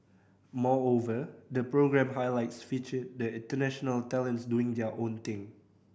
moreover the programme highlights featured the international talents doing their own thing